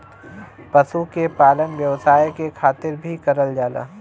पशु के पालन व्यवसाय के खातिर भी करल जाला